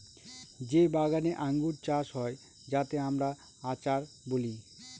যে বাগানে আঙ্গুর চাষ হয় যাতে আমরা আচার বলি